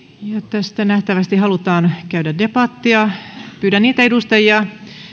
tästä nähtävästi halutaan käydä debattia pyydän niitä edustajia